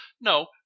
No